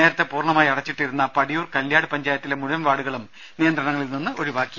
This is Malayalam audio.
നേരത്തേ പൂർണമായി അടച്ചിട്ടിരുന്ന പടിയൂർ കല്യാട് പഞ്ചായത്തിലെ മുഴുവൻ വാർഡുകളും നിയന്ത്രണങ്ങളിൽ നിന്ന് ഒഴിവാക്കി